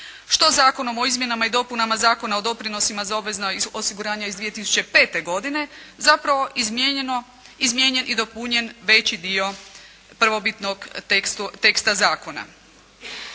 što zakonom o izmjenama i dopunama Zakona o doprinosima za obvezna osiguranja iz 2005. godine, zapravo izmijenjen i dopunjen i veći dio prvobitnog teksta zakona.